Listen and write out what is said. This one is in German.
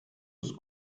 ist